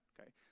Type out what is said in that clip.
okay